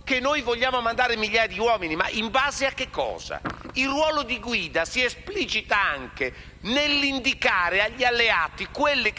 che vogliamo inviare in Libia migliaia di uomini? Ma in base a che cosa? Il ruolo di guida si esplicita anche nell'indicare agli alleati le